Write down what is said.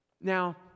Now